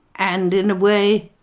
and in a way